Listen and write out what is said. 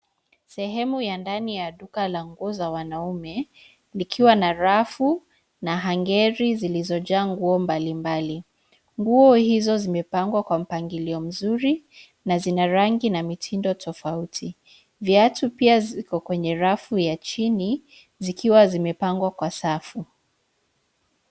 Sehemu ya ndani ya duka la nguo za wanaume, likiwa na rafu na hangeri zilizojaa nguo mbali mbali. Nguo hizo zimepangwa kwa mpangilio mzuri na zina rangi na mitindo tofauti. Viatu pia ziko kwenye rafu ya chini zikiwa zimepangwa kwa safu.